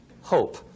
hope